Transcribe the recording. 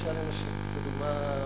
חושב, לגבי גיל הפרישה לנשים, זה דוגמה מרתקת.